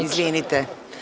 Izvinite.